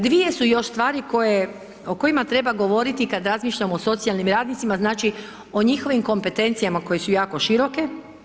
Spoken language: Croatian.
Dvije su još stvari o kojima treba govoriti kada razmišljamo o socijalnim radnicima, znači o njihovim kompetencijama koje su jako široke.